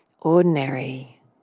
ordinary